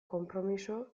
konpromiso